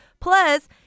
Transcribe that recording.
Plus